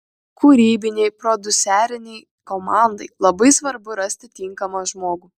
kūrybinei prodiuserinei komandai labai svarbu rasti tinkamą žmogų